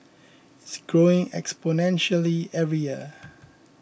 it's growing exponentially every year